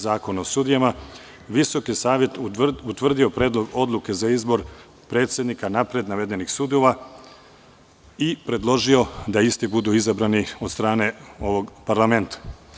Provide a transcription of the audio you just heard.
Zakona o sudijama, Visoki savet utvrdio predlog odluke za izbor predsednika napred navedenih sudova i predložio da isti budu izabrani od strane ovog parlamenta.